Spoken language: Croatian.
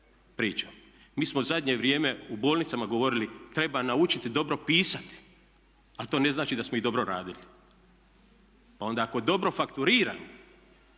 mi smo u zadnje vrijeme u bolnicama govorili treba naučiti dobro pisati, ali to ne znači da smo ih dobro radili. Pa onda ako dobro fakturiramo